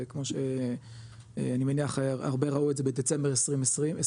כמו שאני מניח הרבה ראו את זה בדצמבר 2022,